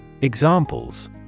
Examples